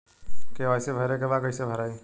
KYC भरे के बा कइसे भराई?